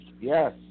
Yes